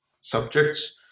subjects